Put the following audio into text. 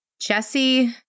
Jesse